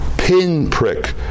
pinprick